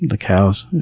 the cows.